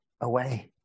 away